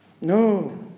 No